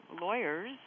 lawyers